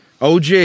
og